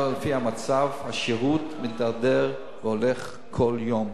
לפי המצב, השירות מידרדר והולך כל יום.